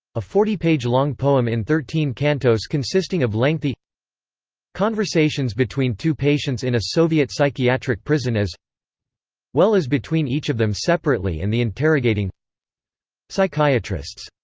a forty-page long poem in thirteen cantos consisting of lengthy conversations between two patients in a soviet psychiatric prison as well as between each of them separately and the interrogating psychiatrists.